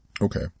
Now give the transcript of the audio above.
okay